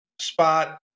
spot